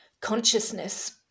consciousness